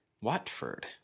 Watford